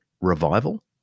revival